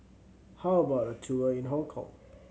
how about a tour in Hong Kong